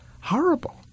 horrible